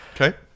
Okay